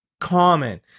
common